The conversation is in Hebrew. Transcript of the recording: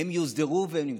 הם יוסדרו והם נמצאים.